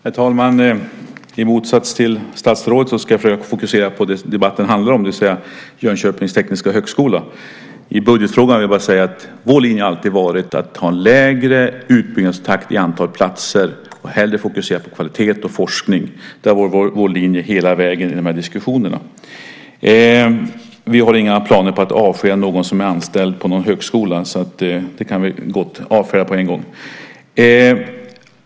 Herr talman! I motsats till statsrådet ska jag försöka fokusera på det som debatten handlar om, det vill säga Jönköpings tekniska högskola. I budgetfrågan vill jag bara säga att vår linje alltid har varit att ha en lägre utbyggnadstakt i antal platser och hellre fokusera på kvalitet och forskning. Där går vår linje hela vägen i diskussionerna. Vi har inga planer på att avskeda någon som är anställd på någon högskola, så det kan vi gott avfärda på en gång.